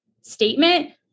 statement